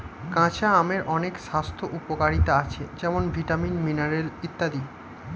কাঁচা আমের অনেক স্বাস্থ্য উপকারিতা আছে যেমন ভিটামিন, মিনারেল ইত্যাদি